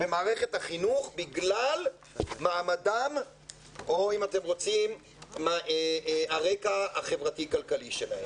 במערכת החינוך בגלל מעמדם או הרקע החברתי-כלכלי שלהם.